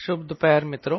शुभ दोपहर मित्रों